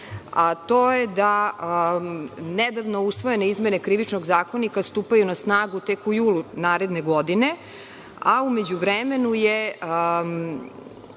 a to je da nedavno usvojene izmene Krivičnog zakonika stupaju na snagu tek u julu naredne godine, a u međuvremenu je